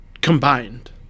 combined